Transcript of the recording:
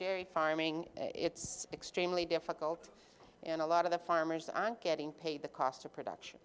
dairy farming it's extremely difficult in a lot of the farmers i'm getting paid the cost of production